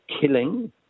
killing